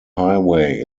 highway